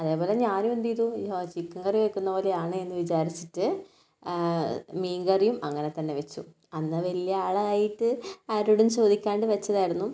അതേപോലെ ഞാനും എന്ത് ചെയ്തു ചിക്കൻ കറി വെയ്കുന്നതു പോലെ ആണെന്ന് വിചാരിച്ചിട്ട് മീൻകറിയും അങ്ങനെ തന്നെ വെച്ചു അന്ന് വലിയ ആളായിട്ട് ആരോടും ചോദിക്കാണ്ട് വെച്ചതായിരുന്നു